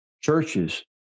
Churches